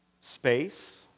space